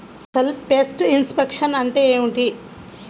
అసలు pest infection అంటే ఏమిటి?